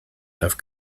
have